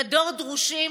במדור דרושים,